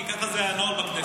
כי ככה זה הנוהל בכנסת.